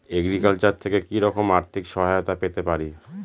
Agriculture থেকে কি রকম আর্থিক সহায়তা পেতে পারি?